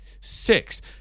six